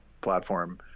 platform